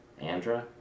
Andra